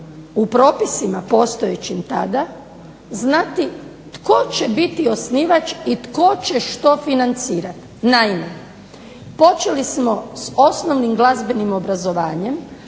u propisima postojećim tada znati tko će biti osnivač i tko će što financirati. Naime, počeli smo s osnovnim glazbenim obrazovanjem,